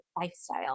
lifestyle